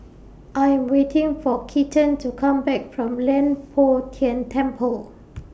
I Am waiting For Keaton to Come Back from Leng Poh Tian Temple